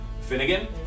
Finnegan